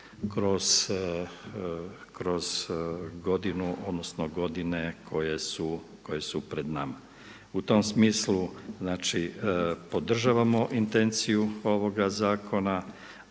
godine koje su pred nama. U tom smislu znači podržavamo intenciju ovoga zakona